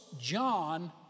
John